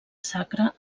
sacra